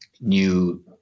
new